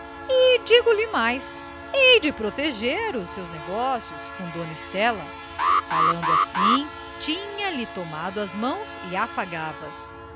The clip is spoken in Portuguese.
digo-lhe mais hei de proteger os seus negócios com dona estela falando assim tinha-lhe tomado as mãos e afagava as